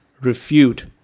refute